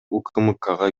укмкга